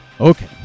Okay